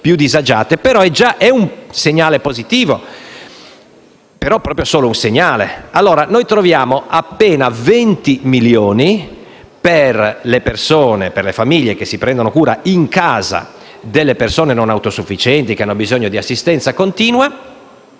però già un segnale positivo, anche se rimane solo tale. Noi troviamo appena 20 milioni di euro per le famiglie che si prendono cura in casa delle persone non autosufficienti e che hanno bisogno di assistenza continua